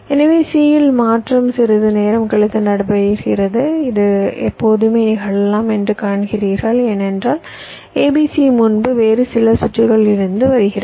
எனவே c இல் மாற்றம் சிறிது நேரம் கழித்து நடைபெறுகிறது இது எப்போதுமே நிகழலாம் என்று காண்கிறீர்கள் ஏனென்றால் a b c முன்பு வேறு சில சுற்றுகளிலிருந்து வருகிறது